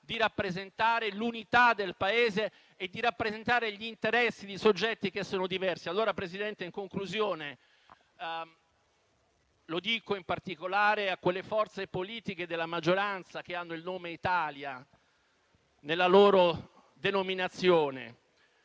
di rappresentare l'unità del Paese e di rappresentare gli interessi di soggetti che sono diversi? Presidente, in conclusione, vorrei rivolgermi in particolare a quelle forze politiche della maggioranza che hanno il nome "Italia" nella loro denominazione.